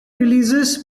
releases